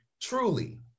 truly